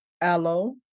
aloe